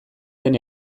den